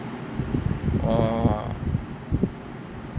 orh